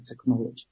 technology